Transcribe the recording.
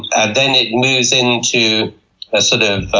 and then it moves into a sort of